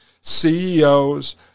CEOs